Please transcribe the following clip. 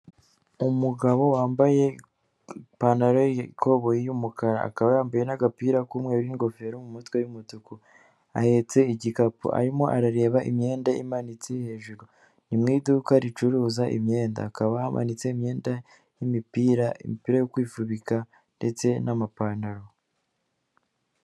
Umugabo wambaye ipantaro y'ikoboyi y'umukara akaba yambaye n'agapira k'umweru n'ingofero mu mutwe w'umutuku ahetse igikapu arimo arareba imyenda imanitse hejuru ni mu iduka ricuruza imyenda hakaba hamanitse imyenda n'imipira yo kwifubika ndetse n'mapantaro.